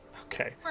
Okay